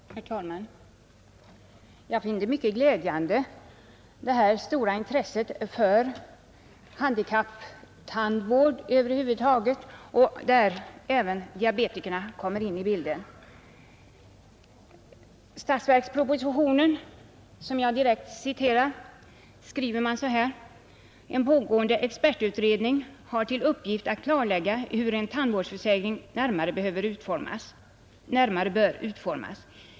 Herr talman! Jag finner det mycket glädjande med detta stora intresse för handikapptandvård över huvud taget, varvid även diabetikerna kommer in i bilden. I statsverkspropositionen, som jag direkt citerar, skriver man: ”En pågående expertutredning har till uppgift att klarlägga hur en tandvårdsförsäkring närmare bör utformas.